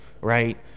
right